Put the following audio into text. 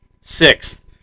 Sixth